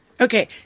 Okay